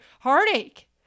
heartache